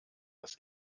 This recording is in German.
das